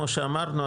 כמו שאמרנו,